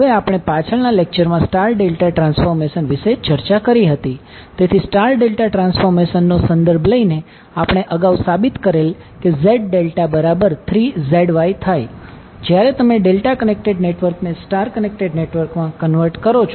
હવે આપણે પાછળના લેક્ચર માં સ્ટાર ડેલ્ટા ટ્રાન્સફોર્મેશન વિશે ચર્ચા કરી હતી તેથી સ્ટાર ડેલ્ટા ટ્રાન્સફોર્મેશન નો સંદર્ભ લઈને આપણે અગાઉ સાબિત કરેલ કે Z∆3ZYથાય જ્યારે તમે ડેલ્ટા કનેક્ટેડ નેટવર્ક ને સ્ટાર કનેક્ટેડ નેટવર્ક માં કન્વર્ટ કરો છો